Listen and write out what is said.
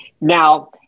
Now